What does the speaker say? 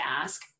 ask